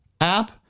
app